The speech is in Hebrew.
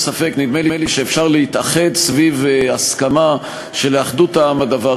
ולא הצלחתי למצוא היגיון כלשהו בהתנגדות שלהם לחוק.